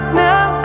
now